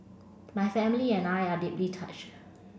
my family and I are deeply touched